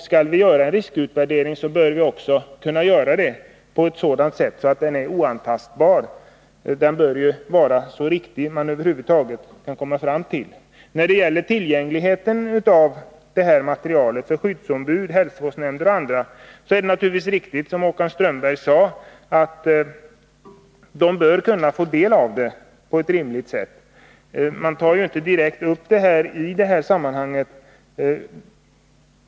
Skall vi göra en riskutvärdering bör vi kunna göra den så, att den blir oantastbar. Den bör ju vara så riktig som möjligt. När det gäller materialets tillgänglighet för skyddsombud, hälsovårdsnämnder och andra är det som Håkan Strömberg sade naturligtvis riktigt, nämligen att de bör kunna få ta del av materialet på ett rimligt sätt. Frågan tas inte direkt upp i det här sammanhanget.